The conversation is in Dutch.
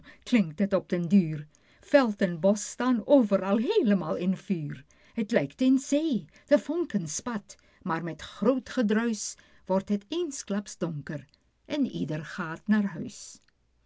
klinkt het op den duur veld en bosch staan overal heelemaal in vuur pieter louwerse alles zingt t lijkt een zee die vonken spat maar met groot gedruisch wordt het eensklaps donker en ieder gaat naar huis